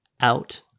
out